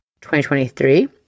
2023